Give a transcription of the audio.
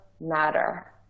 matter